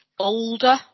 Older